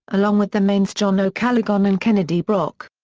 along with the maine's john o'callaghan and kennedy brock.